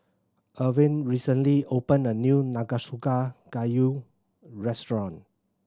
Irven recently opened a new Nanakusa Gayu restaurant